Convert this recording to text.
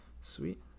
Sweet